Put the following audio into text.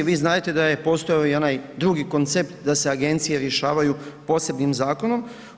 Vi znadete da je postojao i onaj drugi koncept da se agencije rješavaju posebnim zakonom.